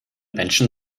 menschen